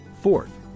Fourth